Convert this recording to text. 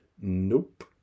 Nope